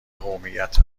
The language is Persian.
قومیت